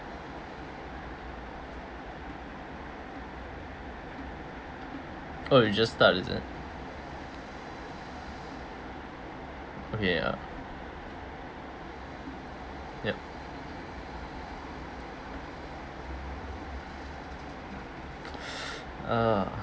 oh you just start is it okay ah yup uh